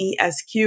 ESQ